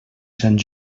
sant